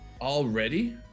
already